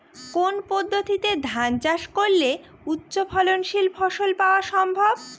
কোন পদ্ধতিতে ধান চাষ করলে উচ্চফলনশীল ফসল পাওয়া সম্ভব?